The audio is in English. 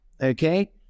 Okay